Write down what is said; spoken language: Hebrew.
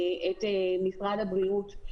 את משרד הבריאות,